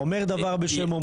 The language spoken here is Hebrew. האומר דבר בשם אומרו.